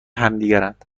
همدیگرند